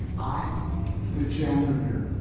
i'm the janitor,